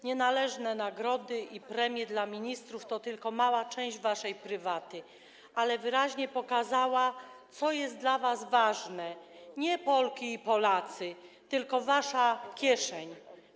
Nienależne nagrody i premie dla ministrów to tylko mała część waszej prywaty, ale wyraźnie pokazała, co jest dla was ważne - nie Polki i Polacy, tylko wasza kieszeń.